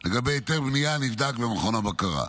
לגבי היתר הבנייה הנבדק במכון הבקרה.